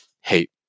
hate